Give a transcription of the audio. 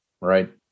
right